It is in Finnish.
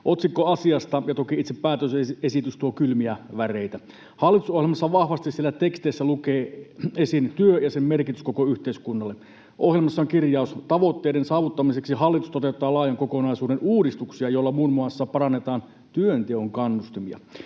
Otsikko asiasta ja toki itse päätösesitys tuo kylmiä väreitä. Hallitusohjelmassa, siellä teksteissä vahvasti lukee esim.: työ ja sen merkitys koko yhteiskunnalle. Ohjelmassa on kirjaus: ”Tavoitteiden saavuttamiseksi hallitus toteuttaa laajan kokonaisuuden uudistuksia, joilla muun muassa parannetaan työn-teon kannustimia.”